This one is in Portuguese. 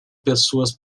pessoas